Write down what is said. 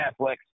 Netflix